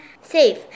safe